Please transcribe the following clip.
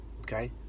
okay